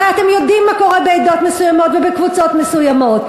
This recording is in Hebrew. הרי אתם יודעים מה קורה בעדות מסוימות ובקבוצות מסוימות.